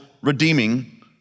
redeeming